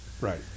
right